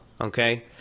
okay